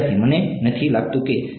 વિદ્યાર્થી મને નથી લાગતું કે